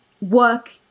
work